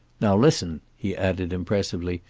now listen he added impressively.